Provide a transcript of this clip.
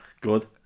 Good